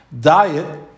Diet